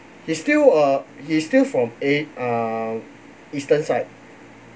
he's still uh he's still from a err eastern side